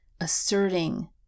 asserting